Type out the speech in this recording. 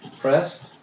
pressed